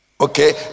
Okay